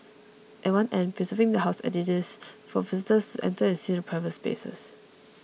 at one end preserving the House as it is for visitors to enter and see the private spaces